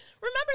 remember